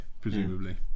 presumably